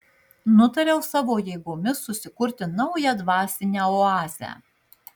nutariau savo jėgomis susikurti naują dvasinę oazę